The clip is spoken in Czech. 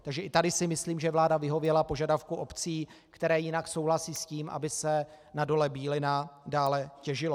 Takže i tady si myslím, že vláda vyhověla požadavkům obcí, které jinak souhlasí s tím, aby se na Dole Bílina dále těžilo.